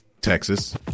Texas